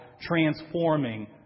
transforming